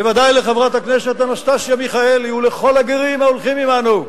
בוודאי לחברת הכנסת אנסטסיה מיכאלי ולכל הגרים ההולכים עמנו: